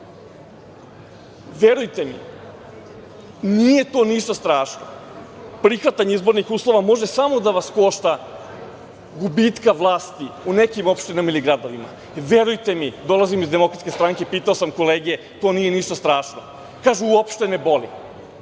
Verujte mi, nije to ništa strašno. Prihvatanje izbornih uslova može samo da vas košta gubitka vlasti u nekim opštinama ili gradovima. Verujte mi, dolazim iz Demokratske stranke, pitao sam kolege, to nije ništa strašno. Kažu da uopšte ne boli.